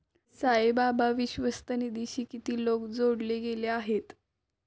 साईबाबा विश्वस्त निधीशी किती लोक जोडले गेले आहेत?